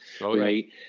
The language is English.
Right